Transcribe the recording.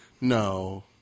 No